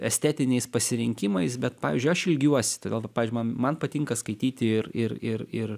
estetiniais pasirinkimais bet pavyzdžiui aš ilgiuosi todėl va pažiui man patinka skaityti ir ir ir ir